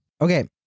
Okay